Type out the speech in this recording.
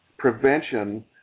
Prevention